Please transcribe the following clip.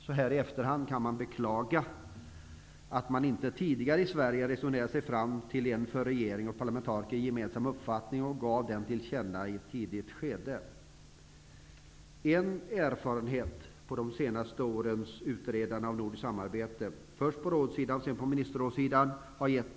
I efterhand kan man beklaga att vi i Sverige inte tidigare resonerade oss fram till en för regering och parlamentariker gemensam uppfattning och gav den till känna i ett tidigt skede. Vi har gjort en erfarenhet av de senaste årens utredande av nordiskt samarbete både i Nordiska rådet och i ministerrådet.